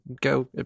Go